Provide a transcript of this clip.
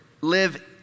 live